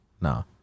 No